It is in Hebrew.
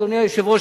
אדוני היושב-ראש,